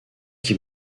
qui